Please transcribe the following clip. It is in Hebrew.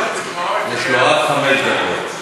יש לו עד חמש דקות.